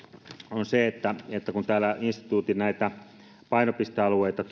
on se että että kun täällä tutkimuksessa on näitä instituutin painopistealueita